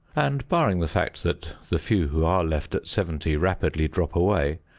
and barring the fact that the few who are left at seventy rapidly drop away,